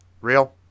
Real